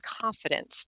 confidence